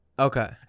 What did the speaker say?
Okay